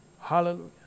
hallelujah